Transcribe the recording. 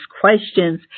questions